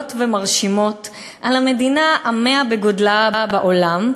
ומרשימות על המדינה ה-100 בגודלה בעולם,